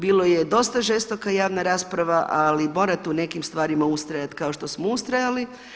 Bilo je dosta žestoka javna rasprava, ali morate u nekim stvarima ustrajati kao što smo ustrajali.